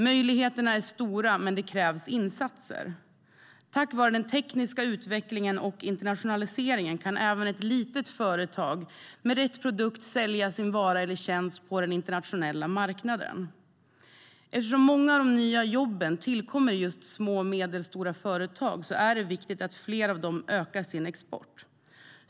Möjligheterna är stora, men det krävs insatser. Tack vare den tekniska utvecklingen och internationaliseringen kan även ett litet företag med rätt produkt sälja sin vara eller tjänst på den internationella marknaden. Eftersom många av de nya jobben tillkommer i just små och medelstora företag är det viktigt att fler av dem ökar sin export.